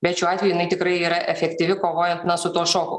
bet šiuo atveju jinai tikrai yra efektyvi kovojant su tuo šoku